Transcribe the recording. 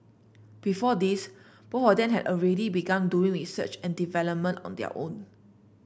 before this both of them had already begun doing research and development on their own